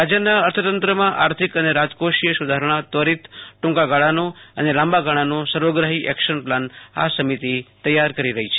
રાજ્યના અર્થતંત્રમાં આર્થિક અને રાજકોષિય સુધારણા ત્વરિત ટૂકાગાળાનો અને લાંબા ગાળાનો સર્વગ્રાહી એકશન પ્લાન આ સમિતિ તૈયાર કરી રહી છે